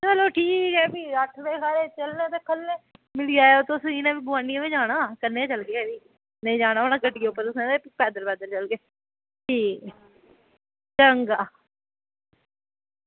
चलो ठीक ऐ भी अस चलने आं फ्ही इनें गोआंढ़ियें बी जाना कट्ठे गै चलगे जाना गड्डिया जां पैदल पैदल चलगे चंगा